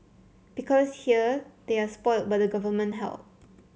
because here they are spoilt by the government help